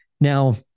Now